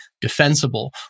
defensible